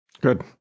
good